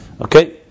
Okay